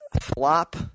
flop